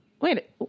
Wait